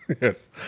Yes